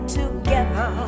together